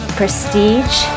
prestige